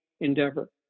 endeavor